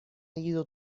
ido